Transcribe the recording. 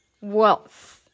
wealth